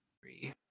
three